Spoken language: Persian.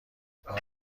بار